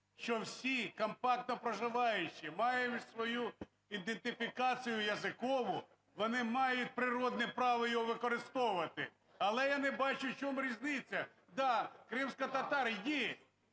що всі компактно проживаючі мають свою ідентифікацію язикову, вони мають природне право його використовувати. Але я не бачу, в чому різниця: да, кримські татари